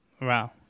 Wow